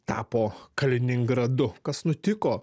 tapo kaliningradu kas nutiko